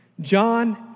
John